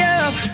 up